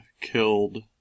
killed